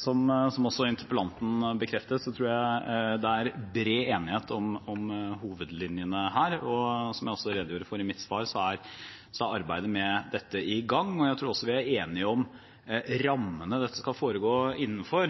Som også interpellanten bekreftet, tror jeg det er bred enighet om hovedlinjene her. Og som jeg redegjorde for i mitt svar, er arbeidet med dette i gang. Jeg tror også vi er enige om rammene dette skal foregå innenfor.